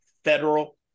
federal